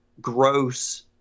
gross